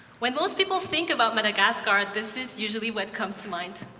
when most people think about madagascar, this is usually what comes to mind,